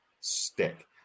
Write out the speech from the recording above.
stick